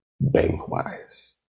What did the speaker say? bank-wise